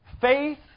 Faith